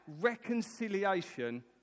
reconciliation